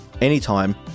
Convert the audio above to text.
anytime